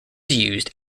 used